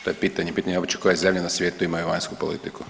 To je pitanje, pitanje uopće koje zemlje na svijetu imaju vanjsku politiku?